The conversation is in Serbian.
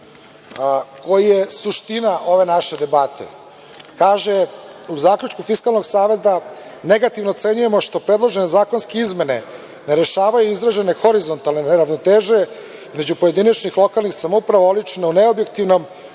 koji je suština ove naše debate. Kaže – u zaključku Fiskalnog saveta negativno ocenjujemo što predložene zakonske izmene ne rešavaju izražene horizontalne neravnoteže između pojedinačnih lokalnih samouprava o ličnom neobjektivnom,